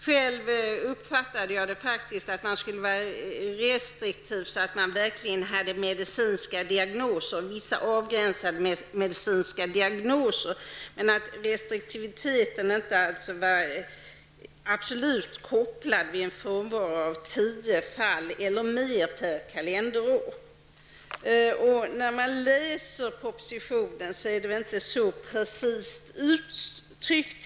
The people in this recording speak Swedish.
Själv uppfattade jag det som att man skulle vara restriktiv på så sätt att det skulle finnas vissa avgränsade medicinska diagnoser men att restriktiviteten inte skulle vara absolut kopplad till tio eller fler fall av frånvaro under ett kalenderår. I propositionen är detta inte heller så precist uttryckt.